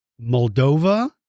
Moldova